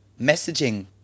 Messaging